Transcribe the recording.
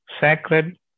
sacred